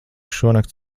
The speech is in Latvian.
šonakt